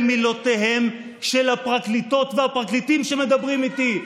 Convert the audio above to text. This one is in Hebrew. אלה מילותיהם של הפרקליטות והפרקליטים שמדברים איתי.